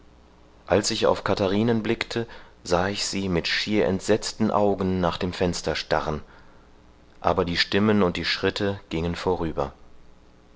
als ich auf katharinen blickte sah ich sie mit schier entsetzten augen nach dem fenster starren aber die stimmen und die schritte gingen vorüber